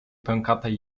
pękatej